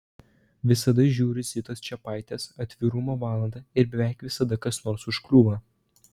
visada žiūriu zitos čepaitės atvirumo valandą ir beveik visada kas nors užkliūva